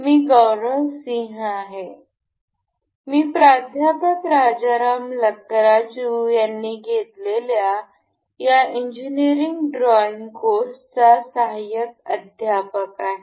मी गौरव सिंह आहे मी प्राध्यापक राजाराम लकाराजू यांनी घेतलेल्या या इंजीनियरिंग ड्रॉईंग कोर्सचा सहाय्यक अध्यापक आहे